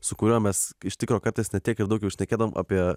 su kuriuo mes iš tikro kartais ne tiek ir daug jau šnekėdavom apie